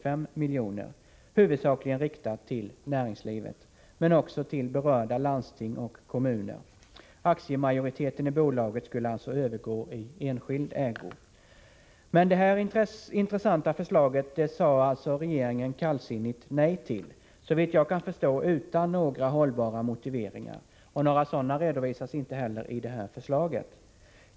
riktad garantigivning, huvudsakligen till näringslivet men också till berörda landsting och kommu = m. m Men det här intressanta förslaget sade alltså regeringen kallsinnigt nej till, såvitt jag kan förstå utan några hållbara motiveringar. Och några sådana redovisas inte heller i det här förslaget.